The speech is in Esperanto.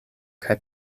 kaj